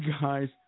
guys